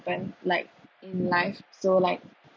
happen like in life so like